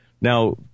Now